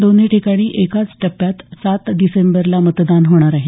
दोन्ही ठिकाणी एकाच टप्प्यात सात डिसेंबर रोजी मतदान होणार आहे